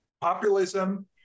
populism